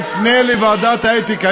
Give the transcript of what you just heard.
ואפנה לוועדת האתיקה,